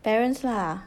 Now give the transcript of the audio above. parents lah